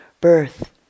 birth